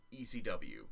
ECW